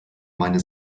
meine